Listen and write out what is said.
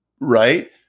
Right